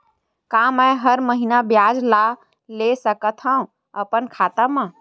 का मैं हर महीना ब्याज ला ले सकथव अपन खाता मा?